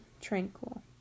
tranquil